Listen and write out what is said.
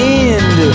end